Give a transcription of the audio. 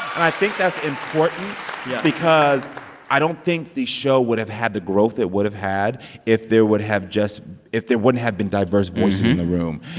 i think that's important yeah because i don't think the show would have had the growth it would have had if there would have just if there wouldn't have been diverse voices in the room.